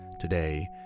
Today